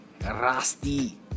Rusty